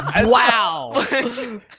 Wow